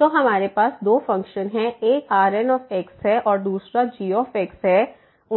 तो हमारे पास दो फ़ंक्शन हैं एक Rn है और दूसरा g है